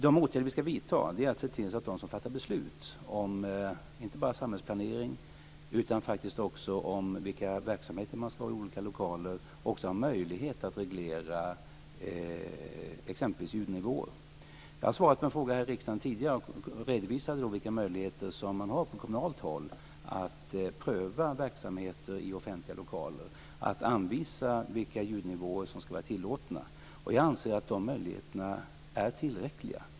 De åtgärder vi ska vidta är alltså att se till så att de som fattar beslut inte bara om samhällsplanering, utan också om vilka verksamheter man ska ha i olika lokaler, också har möjlighet att reglera exempelvis ljudnivåer. Jag har svarat på en fråga här i riksdagen tidigare. Jag redovisade då vilka möjligheter man har på kommunalt håll att pröva verksamheter i offentliga lokaler och att anvisa vilka ljudnivåer som ska vara tillåtna. Jag anser att de möjligheterna är tillräckliga.